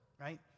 right